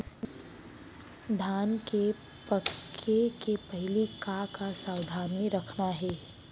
धान के पके के पहिली का का सावधानी रखना हे?